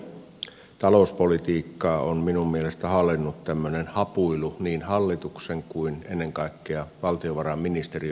tämän vuoden talouspolitiikkaa on minun mielestäni hallinnut tämmöinen hapuilu niin hallituksen kuin ennen kaikkea valtiovarainministeriön osalta